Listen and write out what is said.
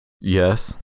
Yes